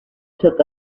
took